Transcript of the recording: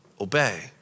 obey